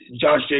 Josh